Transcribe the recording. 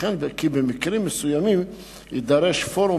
ייתכן כי במקרים מסוימים יידרש פורום